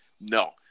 No